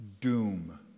Doom